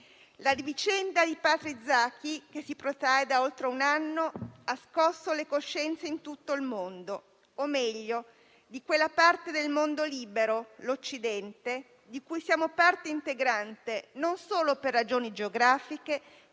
La vicenda di Patrick Zaki, che si protrae da oltre un anno, ha scosso le coscienze in tutto il mondo, o meglio in quella parte del mondo libero, l'Occidente, di cui siamo parte integrante, non solo per ragioni geografiche,